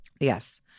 Yes